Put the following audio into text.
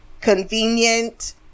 convenient